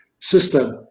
system